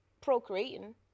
procreating